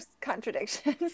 contradictions